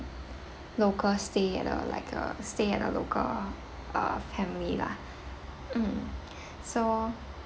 local stay at a like a stay at a local uh family lah mm so